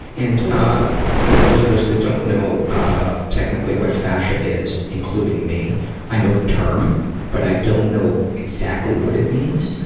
and for those of us that don't know technically what fascia is including me i know the term but i don't know exactly what it means?